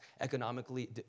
economically